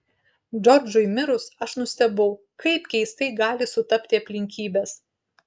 džordžui mirus aš nustebau kaip keistai gali sutapti aplinkybės